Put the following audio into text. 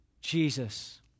Jesus